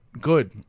good